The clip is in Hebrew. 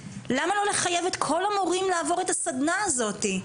למה לא לחייב את כל המורים לעבור את הסדנא הזאת,